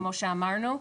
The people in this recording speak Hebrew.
כמו שאמרנו,